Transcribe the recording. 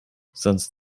sonst